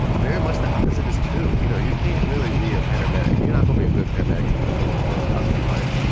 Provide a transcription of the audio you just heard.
very much the opposite is true. you know you can't really be a paramedic you're not going to be a good paramedic if you've fully closed off your heart,